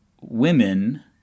women